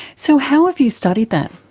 so how have you studied that?